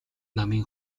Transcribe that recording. намын